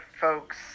folks